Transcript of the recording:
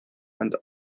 and